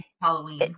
Halloween